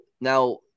now